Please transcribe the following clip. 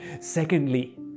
Secondly